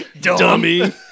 Dummy